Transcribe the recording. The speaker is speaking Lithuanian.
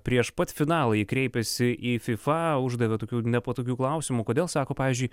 prieš pat finalą ji kreipėsi į fifa uždavė tokių nepatogių klausimų kodėl sako pavyzdžiui